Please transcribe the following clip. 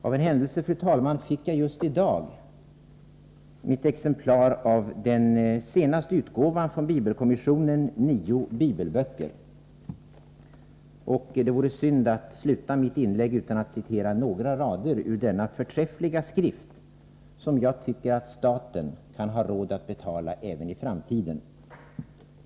Av en händelse, fru talman, fick jag just i dag mitt exemplar av den senaste utgåvan av bibelkommissionen, Nio bibelböcker. Det vore synd att sluta mitt inlägg utan att citera några rader ur denna förträffliga skrift, som jag tycker att staten kan ha råd att betala även i framtiden.